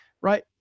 right